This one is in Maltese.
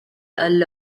għall